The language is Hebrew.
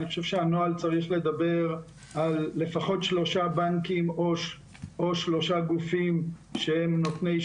אני חושב שהנוהל צריך לדבר על לפחות שלושה בנקים או שלושה גופים שקיבלו